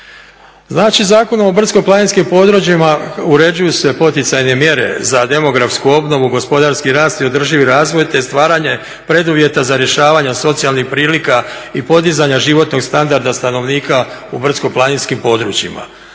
Znači Zakonom o brdsko-planinskim područjima uređuju se poticajne mjere za demografsku obnovu, gospodarski rast i održivi razvoj te stvaranje preduvjeta za rješavanje socijalnih prilika i podizanja životnog standarda stanovnika u brdsko-planinskim područjima.